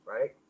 right